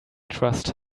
trust